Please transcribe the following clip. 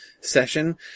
session